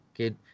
okay